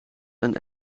een